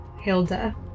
hilda